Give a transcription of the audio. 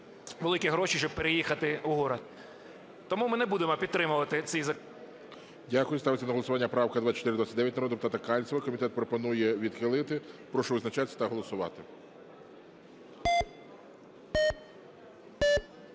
великі гроші, щоб переїхати у город. Тому ми не будемо підтримувати ці... ГОЛОВУЮЧИЙ. Дякую. Ставиться на голосування правка 2429 народного депутата Кальцева. Комітет пропонує відхилити. Прошу визначатися та голосувати.